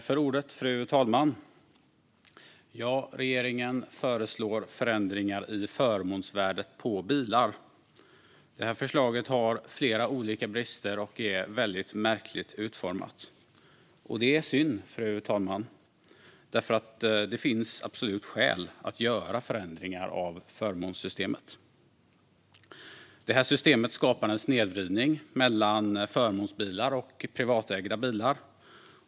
Fru talman! Regeringen föreslår förändringar i förmånsvärdet på bilar. Förslaget har flera olika brister och är väldigt märkligt utformat. Det är synd, fru talman, därför att det finns absolut skäl att göra förändringar av förmånssystemet. Systemet skapar en snedvridning mellan förmånsbilar och privatägda bilar.